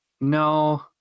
No